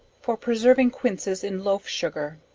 for preserving quinces in loaf sugar.